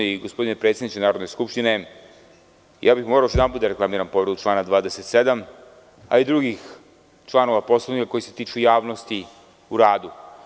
Poštovani gospodine predsedniče Narodne skupštine, morao bih još jednom da reklamiram povredu člana 27. a i drugih članova Poslovnika koji se tiču javnosti u radu.